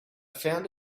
found